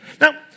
Now